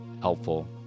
helpful